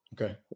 Okay